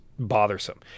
bothersome